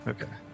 Okay